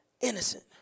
innocent